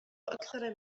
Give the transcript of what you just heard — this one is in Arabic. أكثر